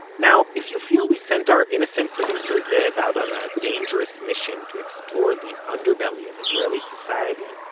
now if you feel we sent our innocent producer zev out on a dangerous mission to explore the underbelly of israeli society,